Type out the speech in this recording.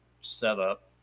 setup